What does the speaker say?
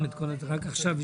מתוך ההכנסות שלהם,